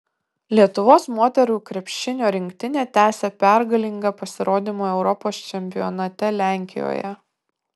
lietuvos moterų krepšinio rinktinė tęsia pergalingą pasirodymą europos čempionate lenkijoje